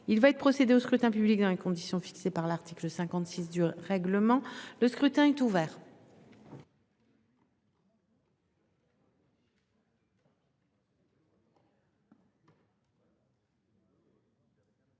Il va être procédé au scrutin dans les conditions fixées par l'article 56 du règlement. Le scrutin est ouvert.